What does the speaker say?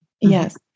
Yes